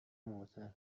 معضل